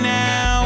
now